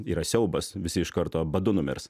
yra siaubas visi iš karto badu numirs